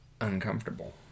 uncomfortable